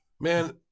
Man